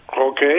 Okay